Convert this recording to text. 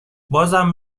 بازم